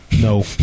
No